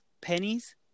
pennies